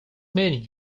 mean